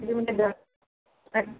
त्री नगर हा